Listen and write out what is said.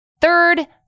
Third